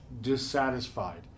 dissatisfied